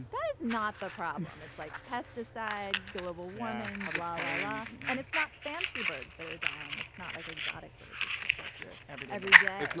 but is not the problem. it's like pesticide global warming. molly larson and it's not fancy birds that are dying it's not like exotic birds it's just like your average every day.